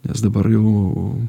nes dabar jau